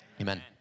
Amen